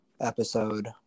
episode